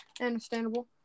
Understandable